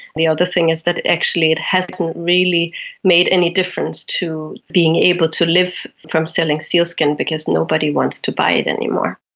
the other thing is that actually it hasn't really made any difference to being able to live from selling sealskin because nobody wants to buy it anymore.